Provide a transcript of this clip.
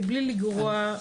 "מבלי לגרוע".